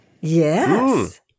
Yes